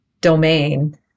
domain